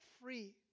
free